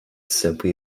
simply